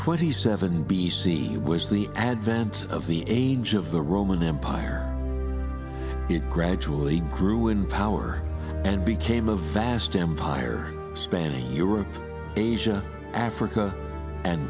twenty seven b c it was the advent of the age of the roman empire it gradually grew in power and became a vast empire spanning europe asia africa and